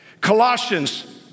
Colossians